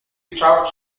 stopped